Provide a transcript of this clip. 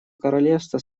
королевство